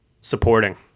supporting